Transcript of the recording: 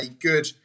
good